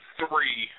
three